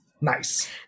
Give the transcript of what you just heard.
Nice